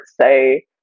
say